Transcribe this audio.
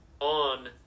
on